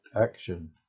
action